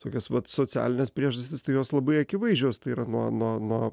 tokias vat socialines priežastis tai jos labai akivaizdžios tai yra nuo nuo nuo